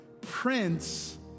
Prince